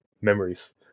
memories